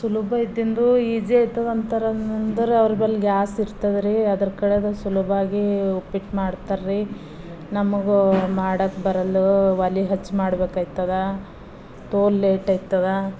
ಸುಲಭ ಇದ್ದಿದ್ದು ಈಜಿ ಆಯ್ತದ ಅಂತಾರಂದ್ರೆ ಅವ್ರ ಬಳೀ ಗ್ಯಾಸ್ ಇರ್ತದ್ರೀ ಅದ್ರ ಕಡೆದಾಗಿ ಸುಲಭಾಗಿ ಉಪ್ಪಿಟ್ಟು ಮಾಡ್ತಾರೆ ರೀ ನಮಗೆ ಮಾಡೋಕೆ ಬರಲ್ಲು ಒಲಿ ಹಚ್ಚಿ ಮಾಡ್ಬೇಕಾಯ್ತದ ತೋಲ್ ಲೇಟಾಯ್ತದ